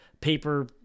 paper